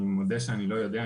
אני מודה שאני לא יודע.